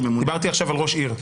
דיברתי עכשיו על ראש עיר.